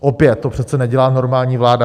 Opět to přece nedělá normální vláda.